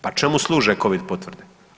Pa čemu služe Covid potvrde?